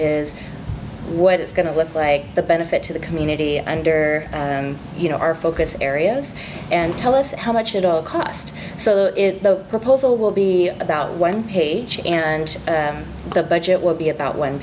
is what it's going to look like the benefit to the community and their you know our focus areas and tell us how much it'll cost so the proposal will be about one page and the budget will be about one